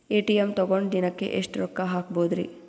ATM ತಗೊಂಡ್ ದಿನಕ್ಕೆ ಎಷ್ಟ್ ರೊಕ್ಕ ಹಾಕ್ಬೊದ್ರಿ?